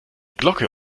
glocke